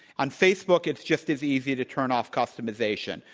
on facebook, it's just as easy to turn off customization.